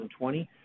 2020